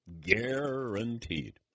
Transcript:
Guaranteed